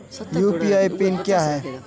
UPI PIN क्या है?